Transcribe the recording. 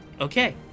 Okay